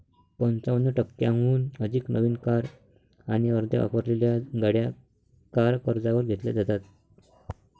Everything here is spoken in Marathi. पंचावन्न टक्क्यांहून अधिक नवीन कार आणि अर्ध्या वापरलेल्या गाड्या कार कर्जावर घेतल्या जातात